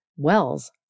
Wells